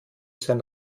sein